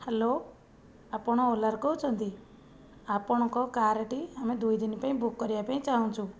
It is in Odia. ହ୍ୟାଲୋ ଆପଣ ଓଲାରୁ କହୁଛନ୍ତି ଆପଣଙ୍କ କାର୍ଟି ଆମେ ଦୁଇଦିନ ପାଇଁ ବୁକ୍ କରିବା ପାଇଁ ଚାହୁଁଛୁ